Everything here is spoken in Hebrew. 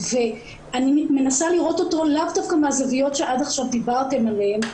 אני מנסה לראות אותו לאו דווקא מהזוויות שעד עכשיו דיברתם עליהן,